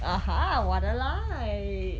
(uh huh) what a lie